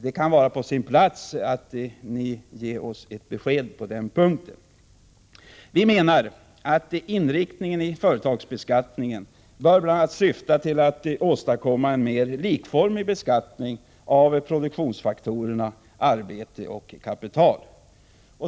Det kan vara på sin plats att ni ger oss ett besked på den punkten. Vi menar att företagsbeskattningen bl.a. bör syfta till att åstadkomma en mer likformig beskattning av produktionsfaktorerna arbete och kapital.